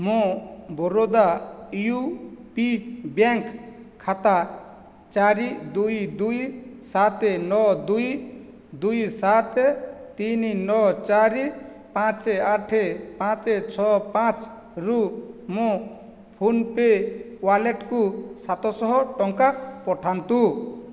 ମୋ Baroda U P bank ଖାତା ଚାରି ଦୁଇ ଦୁଇ ସାତ ନଅ ଦୁଇ ଦୁଇ ସାତ ତିନି ନଅ ଚାରି ପାଞ୍ଚ ଆଠ ପାଞ୍ଚ ଛଅ ପାଞ୍ଚରୁ ମୁଁ ଫୋନ ପେ ୱାଲେଟ୍କୁ ସାତଶହ ଟଙ୍କା ପଠାନ୍ତୁ